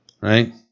right